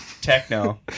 techno